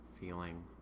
feeling